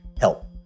help